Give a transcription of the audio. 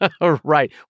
Right